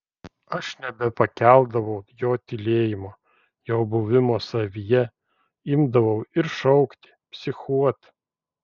aš nebepakeldavau jo tylėjimo jo buvimo savyje imdavau ir šaukti psichuot